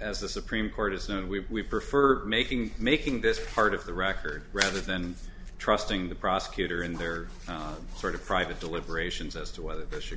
as the supreme court is known we prefer making making this part of the record rather than trusting the prosecutor in their sort of private deliberations as to whether this should